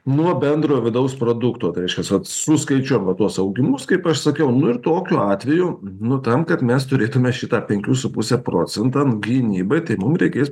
nuo bendrojo vidaus produkto tai reiškias vat suskaičiuojam vat tuos augimus kaip aš sakiau nu ir tokiu atveju nu tam kad mes turėtume šitą penkių su puse procentą gynybai tai mum reikės